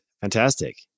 fantastic